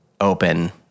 open